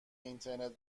اینترنت